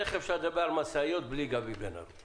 איך אפשר לדבר על משאיות בלי גבי בן הרוש?